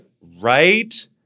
right